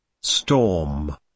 Storm